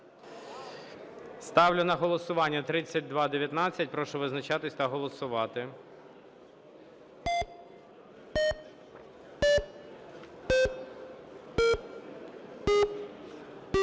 Ставлю на голосування. Прошу визначатись та голосувати.